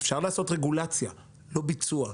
אפשר לעשות רגולציה, אבל לא ביצוע.